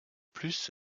plus